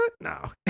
no